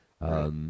Right